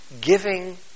giving